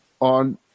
on